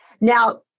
Now